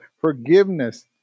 Forgiveness